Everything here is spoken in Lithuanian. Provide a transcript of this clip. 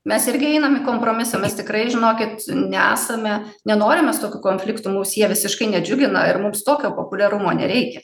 mes irgi einam į kompromisą mes tikrai žinokit nesame nenorim mes tokių konfliktų mūsų jie visiškai nedžiugina ir mums tokio populiarumo nereikia